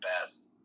best